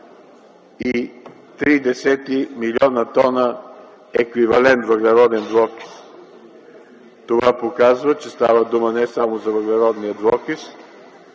42,3 млн. тона еквивалент въглероден двуокис. Това показва, че става дума не само за въглеродния двуокис,